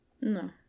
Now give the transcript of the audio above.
no